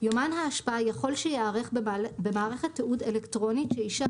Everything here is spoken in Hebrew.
יומן האשפה יכול שייערך במערכת תיעוד אלקטרונית שאישר